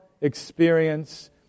experience